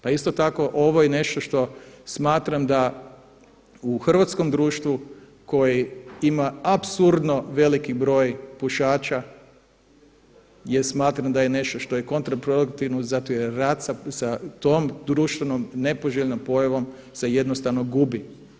Pa isto tako ovo je nešto što smatram da u hrvatskom društvu, koji ima apsurdno veliki broj pušača, jer smatram da je nešto što je kontraproduktivno zato jer rat sa tom društvenom nepoželjnom pojavom se jednostavno gubi.